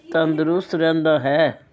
ਤੰਦਰੁਸਤ ਰਹਿੰਦਾ ਹੈ